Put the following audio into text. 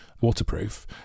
waterproof